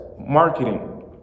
marketing